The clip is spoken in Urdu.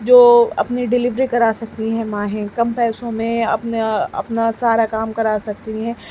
جو اپنی ڈیلیوری کرا سکتی ہیں مائیں کم پیسوں میں اپنا اپنا سارا کام کرا سکتی ہیں